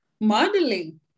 modeling